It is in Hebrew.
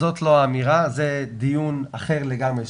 זאת לא האמירה, זה דיון אחר לגמרי.